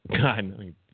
God